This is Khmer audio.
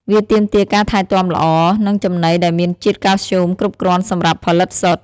វាទាមទារការថែទាំល្អ និងចំណីដែលមានជាតិកាល់ស្យូមគ្រប់គ្រាន់សម្រាប់ផលិតស៊ុត។